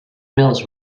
mills